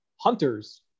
hunters